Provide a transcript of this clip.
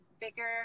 bigger